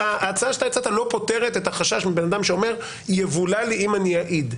ההצעה שאתה הצעת לא פותרת את החשש מבן אדם שאומר יבולע לי אם אני אעיד.